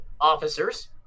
officers